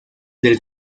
del